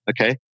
Okay